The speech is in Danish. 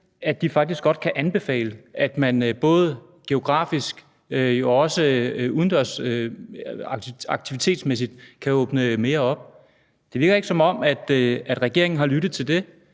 at de faktisk godt kunne anbefale, at man både geografisk og også udendørs aktivitetsmæssigt kunne åbne mere op. Det virker ikke, som om regeringen har lyttet til det,